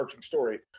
story